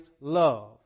love